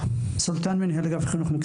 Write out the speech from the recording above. סולטן אלקרעאן, מנהל אגף חינוך.